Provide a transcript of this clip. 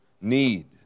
need